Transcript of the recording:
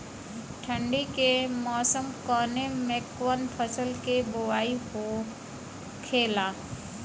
ठंडी के मौसम कवने मेंकवन फसल के बोवाई होखेला?